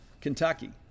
Kentucky